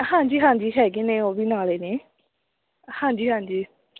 ਹਾਂਜੀ ਹਾਂਜੀ ਹੈਗੇ ਨੇ ਉਹ ਵੀ ਨਾਲੇ ਨੇ ਹਾਂਜੀ ਹਾਂਜੀ